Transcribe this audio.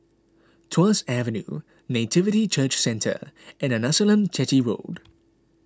Tuas Avenue Nativity Church Centre and Arnasalam Chetty Road